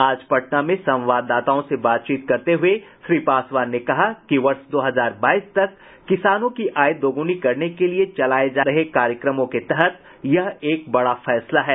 आज पटना में संवाददाताओं से बातचीत करते हुए श्री पासवान ने कहा कि वर्ष दो हजार बाईस तक किसानों की आय दोगुनी करने के लिए चलाये जा रहे कार्यक्रमों के तहत यह एक बड़ा फैसला है